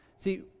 See